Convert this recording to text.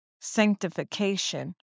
sanctification